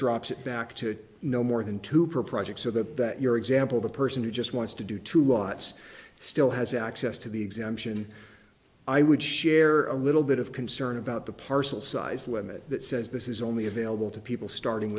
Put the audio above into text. drops it back to no more than two per project so that that your example the person who just wants to do two lots still has access to the exemption i would share a little bit of concern about the parcel size limit that says this is only available to people starting